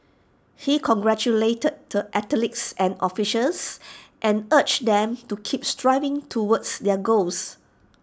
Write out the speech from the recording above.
he congratulated the athletes and officials and urged them to keep striving towards their goals